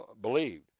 believed